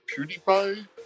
PewDiePie